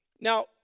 Now